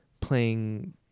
playing